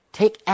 take